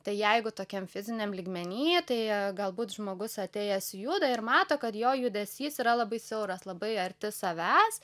tai jeigu tokiam fiziniam lygmeny tai galbūt žmogus atėjęs juda ir mato kad jo judesys yra labai siauras labai arti savęs